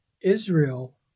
Israel